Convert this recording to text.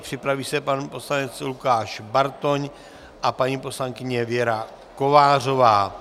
Připraví se pan poslanec Lukáš Bartoň a paní poslankyně Věra Kovářová.